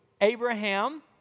Abraham